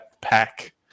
pack